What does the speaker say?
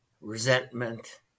resentment